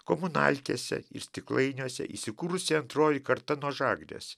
komunalkėse ir stiklainiuose įsikūrusi antroji karta nuo žagrės